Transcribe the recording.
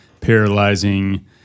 paralyzing